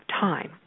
time